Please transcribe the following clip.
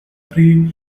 pre